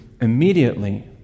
Immediately